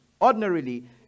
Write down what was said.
ordinarily